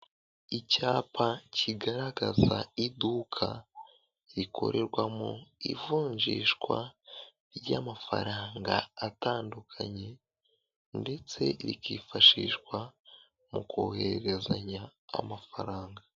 Icyapa kigaragaza iduka rikorerwamo ivunjishwa ry'amafaranga atandukanye ndetse rikifashishwa mu kohererezanya amafaranga.